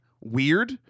weird